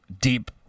deep